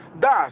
Das